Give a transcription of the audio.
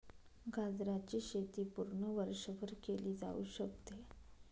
गाजराची शेती पूर्ण वर्षभर केली जाऊ शकते